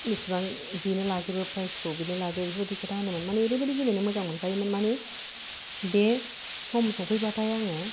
जिसिबां बिनो लाजोबो प्राइज खौ बिनो लाजोबो बेबादि खोथा होनोमोन माने ओरैबादि गेलेनो मोजां मोनखायोमोन मानि बे सम सौफैबाथाय आङो